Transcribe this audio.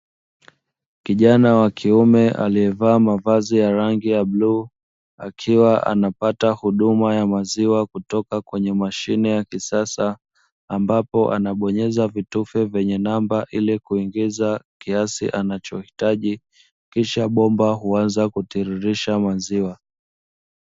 Kijana wa kiume aliyevaa mavazi ya rangi ya bluu, akiwa anapata huduma ya maziwa kutoka kwenye mashine ya kisasa, ambapo anabonyeza vitufe vyenye namba, ili kuingiza kiasi anachohitaji. Kisha bomba huanza kutiririsha maziwa.